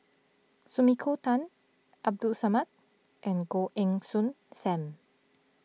Sumiko Tan Abdul Samad and Goh Heng Soon Sam